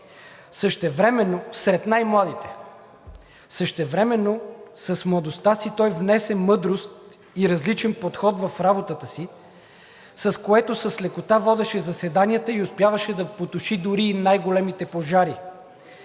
Сред най-младите! Същевременно с младостта си той внесе мъдрост и различен подход в работа си, с което с лекота водеше заседанията и успяваше да потуши дори и най-големите пожари.